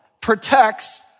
protects